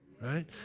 Right